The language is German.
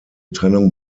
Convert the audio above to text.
trennung